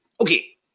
Okay